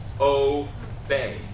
obey